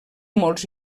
molts